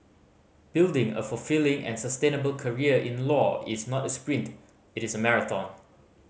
building a fulfilling and sustainable career in law is not a sprint it is a marathon